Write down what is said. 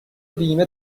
بیمه